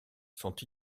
sont